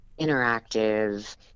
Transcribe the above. interactive